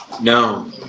No